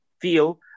feel